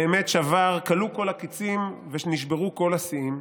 באמת כלו כל הקיצים ונשברו כל השיאים.